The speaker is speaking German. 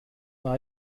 war